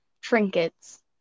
trinkets